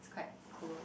quite cool